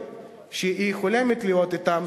האופוזיציוניים שהיא חולמת להיות אתם,